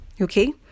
okay